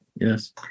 Yes